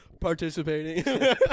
Participating